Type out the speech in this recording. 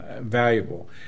valuable